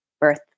birth